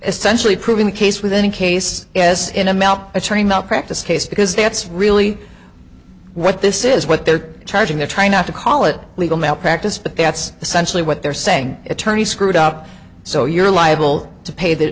essentially proving the case with any case as in i'm out a train malpractise case because that's really what this is what they're charging they're trying not to call it legal malpractise but that's essentially what they're saying attorney screwed up so you're liable to pay that